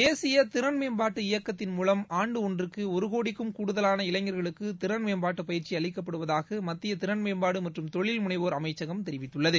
தேசிய திறன்மேம்பாட்டு இயக்கத்தின் மூலம் ஆண்டு ஒன்றுக்கு ஒரு கோடிக்கும் கூடுதலான இளைஞர்களுக்கு திறன் மேம்பாட்டு பயிற்சி அளிக்கப்படுவதாக மத்திய திறன்மேம்பாடு மற்றும் தொழில்முனைவோர் அமைச்சகம் தெரிவித்துள்ளது